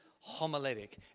homiletic